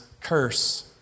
curse